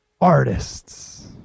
artists